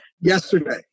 yesterday